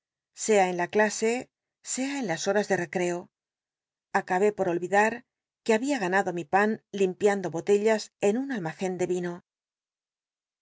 sea en la clase sea en las horas de recreo acabé por olvidar que habia ganado mi pan limpiando botellas en un almacen de vino